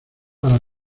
para